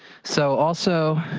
so also,